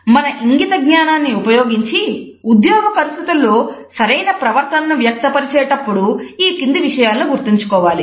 మన ఇంగిత జ్ఞానాన్ని ఉపయోగించి ఉద్యోగ పరిస్థితులలో సరైన ప్రవర్తనను వ్యక్తపరిచే టప్పుడు ఈ క్రింది విషయాలను గుర్తుంచుకోవాలి